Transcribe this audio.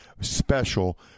special